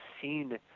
seen